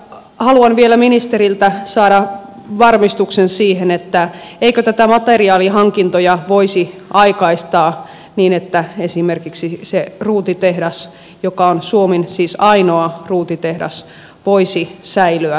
haluan vielä ministeriltä saada varmistuksen siihen eikö näitä materiaalihankintoja voisi aikaistaa niin että esimerkiksi se ruutitehdas joka on siis suomen ainoa ruutitehdas voisi säilyä meillä